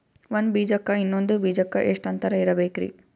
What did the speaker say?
ಒಂದ್ ಬೀಜಕ್ಕ ಇನ್ನೊಂದು ಬೀಜಕ್ಕ ಎಷ್ಟ್ ಅಂತರ ಇರಬೇಕ್ರಿ?